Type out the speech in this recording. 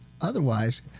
otherwise